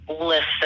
listen